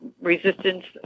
resistance